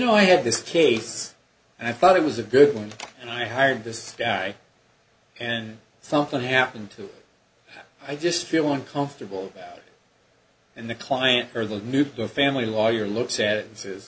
know i had this case and i thought it was a good one and i hired this guy and something happened to i just feel uncomfortable and the client or the nuclear family lawyer looks at it